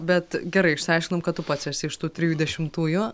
bet gerai išsiaiškinom kad tu pats esi iš tų trijų dešimtųjų